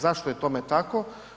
Zašto je tome tako?